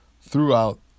throughout